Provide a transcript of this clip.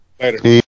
Later